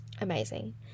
Amazing